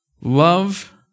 Love